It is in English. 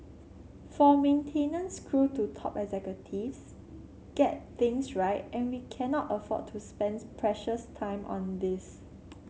from maintenance crew to top executives get things right and we cannot afford to spend precious time on this